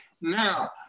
Now